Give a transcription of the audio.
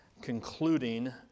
concluding